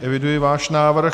Eviduji váš návrh.